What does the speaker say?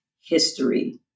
history